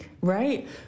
right